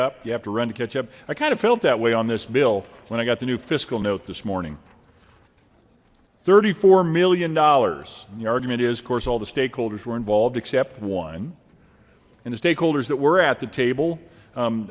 up you have to run to catch up i kind of felt that way on this bill when i got the new fiscal note this morning thirty four million dollars the argument is of course all the stakeholders were involved except one and the stakeholders that were at the table